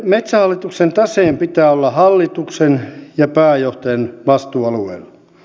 metsähallituksen taseen pitää olla hallituksen ja pääjohtajan vastuualueella